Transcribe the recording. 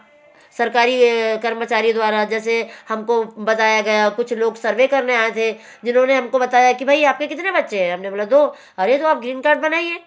सरकारी कर्मचारी द्वारा जैसे हम को बताया गया हो कुछ लोग सर्वे करने आए थे जिन्होंने हम को बताया कि भई आपके कितने बच्चे हैं हमने बोला दो अरे तो आप ग्रीन कार्ड बनाइए